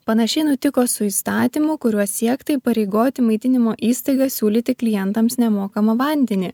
panašiai nutiko su įstatymu kuriuo siekta įpareigoti maitinimo įstaigas siūlyti klientams nemokamą vandenį